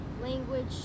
language